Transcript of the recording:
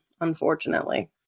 Unfortunately